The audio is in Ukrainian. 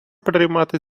приймати